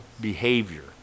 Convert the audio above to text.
behavior